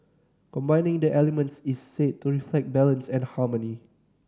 combining the elements is said to reflect balance and harmony